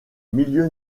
milieu